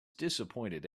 disappointed